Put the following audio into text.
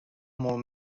molt